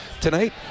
Tonight